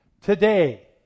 Today